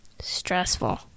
stressful